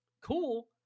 cool